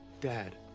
Dad